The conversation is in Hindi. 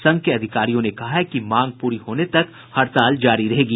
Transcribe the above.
संघ के अधिकारियों ने कहा कि मांग पूरी होने तक हड़ताल जारी रहेगी